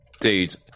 Dude